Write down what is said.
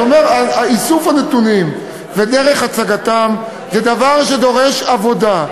אני אומר: איסוף הנתונים ודרך הצגתם הם דבר שדורש עבודה.